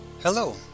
Hello